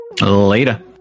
Later